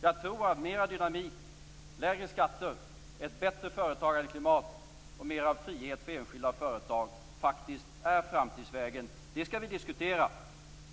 Jag tror att mera dynamik, lägre skatter, ett bättre företagandeklimat och mera frihet för enskilda företag faktiskt är framtidsvägen. Det skall vi diskutera.